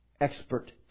expert